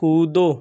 कूदो